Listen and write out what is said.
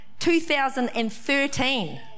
2013